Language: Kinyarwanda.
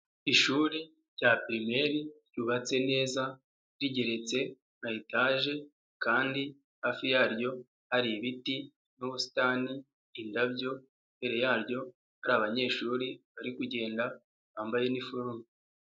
Ishuri rya pirimeri ryubatse neza rigeretse rya etaje kandi hafi yaryo hari ibiti n'ubusitani indabyo, imbere yaryo ari abanyeshuri bari kugenda bambaye iniforume.